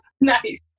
Nice